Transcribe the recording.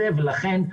מתנגד.